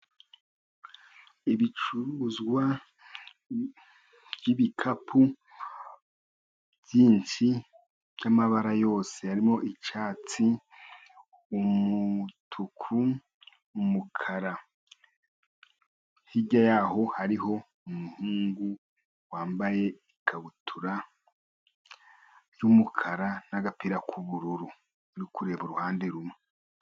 Ibicuruzwa by'ibikapu byinshi by'amabara yose, harimo icyatsi, umutuku, umukara. Hirya yaho hariho umuhungu wambaye ikabutura y'umukara n'agapira k'ubururu, uri kureba uruhande rumwe.